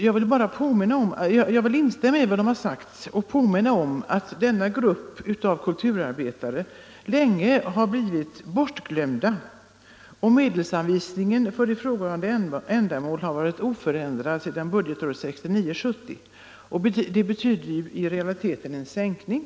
Jag vill instämma i vad Anslag till kulturänvi har sagt och påminna om att denna grupp kulturarbetare länge har damål blivit bortglömd. Medelsanvisningen för ifrågavarande ändamål har varit oförändrad sedan budgetåret 1969/70, vilket i realiteten innebär en sänkning.